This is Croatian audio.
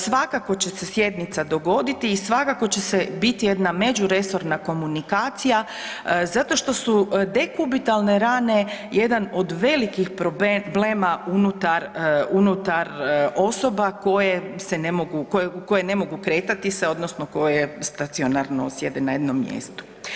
Svakako će se sjednica dogoditi i svakako će se bit jedna međuresorna komunikacija zato što su dekubitalne rane jedan od velikih problema unutar, unutar osoba koje se ne mogu, koje, koje ne mogu kretati se odnosno koje stacionarno sjede na jednom mjestu.